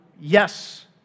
yes